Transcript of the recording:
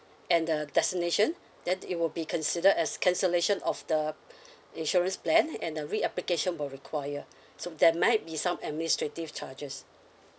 and the destination that it will be considered as cancellation of the insurance plan and a reapplication will require so there might be some administrative charges